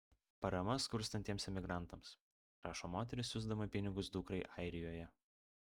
parama skurstantiems emigrantams rašo moteris siųsdama pinigus dukrai airijoje